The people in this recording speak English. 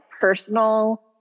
personal